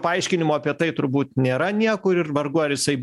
paaiškinimo apie tai turbūt nėra niekur ir vargu ar jisai